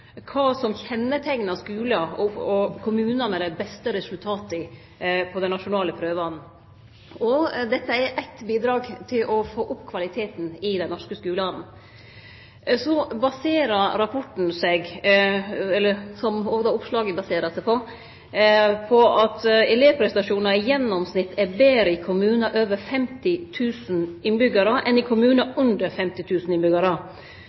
kva som kjenneteiknar skular og kommunar med dei beste resultata frå dei nasjonale prøvane. Dette er eitt bidrag til å få opp kvaliteten i dei norske skulane. Så baserer rapporten seg på, som òg oppslaget baserer seg på, at elevprestasjonane i gjennomsnitt er betre i kommunar med over 50 000 innbyggjarar enn i